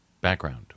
Background